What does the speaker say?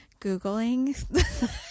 Googling